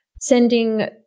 sending